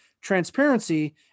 transparency